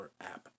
app